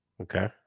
Okay